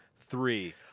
three